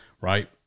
right